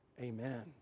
Amen